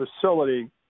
facility